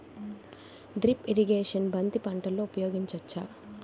Drip irrigation బంతి పంటలో ఊపయోగించచ్చ?